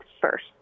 first